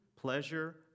pleasure